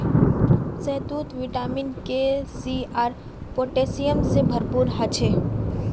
शहतूत vitamin K, C आर potassium से भरपूर ह छे